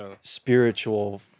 spiritual